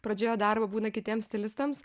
pradžioje darbo būna kitiems stilistams